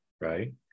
right